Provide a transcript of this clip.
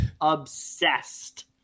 obsessed